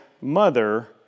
mother